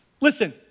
Listen